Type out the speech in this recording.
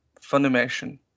Funimation